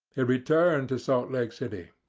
he returned to salt lake city,